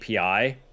API